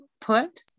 put